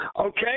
okay